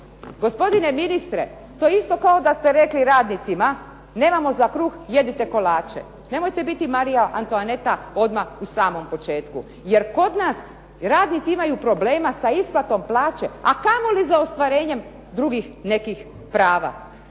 Gospodine ministre, to je isto kao da ste rekli radnicima nemamo za kruh, jedite kolače. Nemojte biti Marija Antoaneta odmah u samom početku, jer kod nas radnici imaju problema sa isplatom plaće, a kamoli za ostvarenjem drugih nekih prava